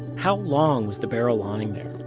how long was the barrel lying there?